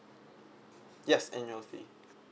yes annual fee